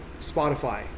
Spotify